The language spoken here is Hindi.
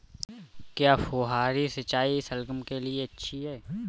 क्या फुहारी सिंचाई शलगम के लिए अच्छी होती है?